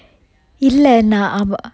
இல்ல நா அவ~:illa na ava~